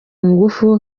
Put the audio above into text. ngufu